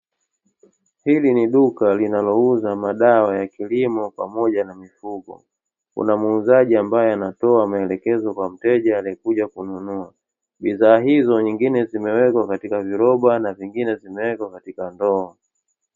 Hili ni duka linalouza madawa ya kilimo pamoja na mifugo, kuna muuzaji ambae anatoa maelekezo kwa mteja aliekuja kununua bidhaa hizo, nyingine zimeweka katika viroba na zingine zimeweka katika ndoo.